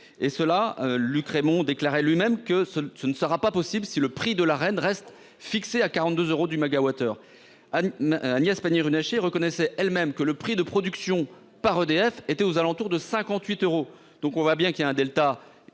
et cela Luc Rémont déclarait lui-même que ce, ce ne sera pas possible si le prix de la reine reste fixé à 42 euros du Umaga Water à Agnès Pannier-Runacher reconnaissait elle-même que le prix de production par EDF était aux alentours de 58 euros. Donc on voit bien qu'il y a un Delta.